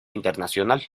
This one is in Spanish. internacional